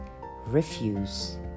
Refuse